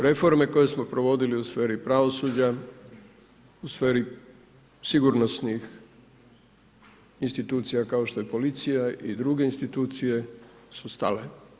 Reforme koje smo provodili u sferi pravosuđa, u sferi sigurnosnih institucija kao što je policija i druge institucije su stale.